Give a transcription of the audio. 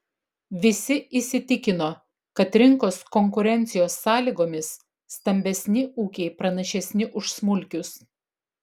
visi įsitikino kad rinkos konkurencijos sąlygomis stambesni ūkiai pranašesni už smulkius